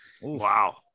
Wow